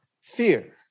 fear